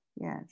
yes